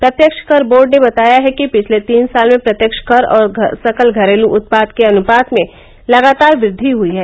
प्रत्यक्ष कर बोर्ड ने बताया है कि पिछले तीन साल में प्रत्यक्ष कर और सकल घरेलू उत्पाद के अनुपात में लगातार वृद्धि हुई है